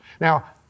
Now